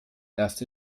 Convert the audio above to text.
erst